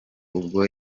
ubwo